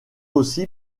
aussi